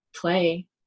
play